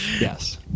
Yes